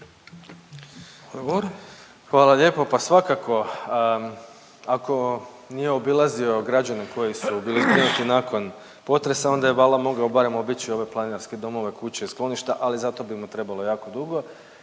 Hvala lijepo. Pa svakako, ako nije obilazio građane koji su bili zbrinuti nakon potresa onda je valjda mogao barem obići ove planinarske domove, kuće i skloništa ali za to bi mu trebalo jako dugo